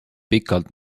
pikalt